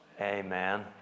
Amen